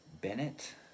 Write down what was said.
Bennett